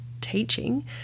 teaching